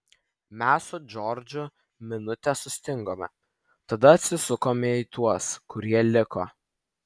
mes su džordžu minutę sustingome tada atsisukome į tuos kurie liko